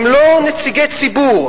הם לא נציגי ציבור.